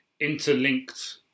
interlinked